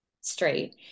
straight